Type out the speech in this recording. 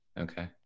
Okay